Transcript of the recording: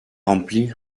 rempli